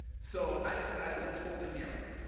so i decided let's hold a hearing